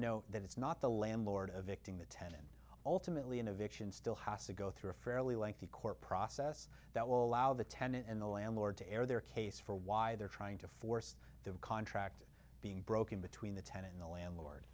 know that it's not the landlord of victim the ten ultimately innovation still has to go through a fairly lengthy court process that will allow the tenant and the landlord to air their case for why they're trying to force the contract being broken between the ten and the landlord